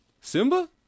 Simba